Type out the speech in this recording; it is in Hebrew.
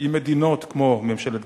עם ממשלות של מדינות כמו גרמניה,